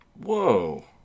Whoa